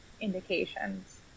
indications